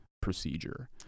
procedure